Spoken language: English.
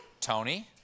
Tony